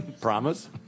Promise